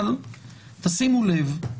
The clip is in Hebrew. אבל שימו לב,